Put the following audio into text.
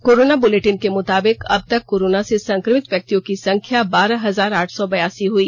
corona bulletin के मुताबीक अब तक कोरोना से संक्रमित व्यक्तियों की संख्या बारह हजार आठ सौ बयासी हुई